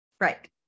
Right